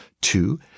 Two